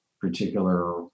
particular